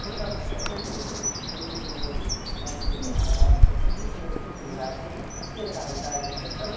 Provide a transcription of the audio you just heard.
کرنا پڑتا ہے جس کی وجہ سے ان کی زندگی اور ان کے حالات وہ کس طریقے گزارتے ہیں یہ رازدار کے طور پر